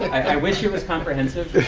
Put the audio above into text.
i wish it was comprehensive.